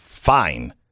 Fine